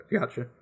Gotcha